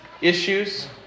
issues